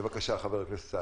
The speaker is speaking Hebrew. בבקשה, חבר הכנסת סעדי.